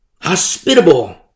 Hospitable